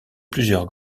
plusieurs